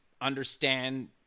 understand